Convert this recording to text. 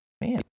man